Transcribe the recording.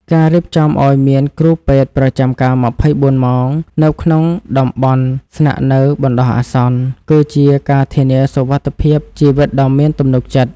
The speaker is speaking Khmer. ការរៀបចំឱ្យមានគ្រូពេទ្យប្រចាំការ ២៤ ម៉ោងនៅក្នុងតំបន់ស្នាក់នៅបណ្តោះអាសន្ន គឺជាការធានាសុវត្ថិភាពជីវិតដ៏មានទំនុកចិត្ត។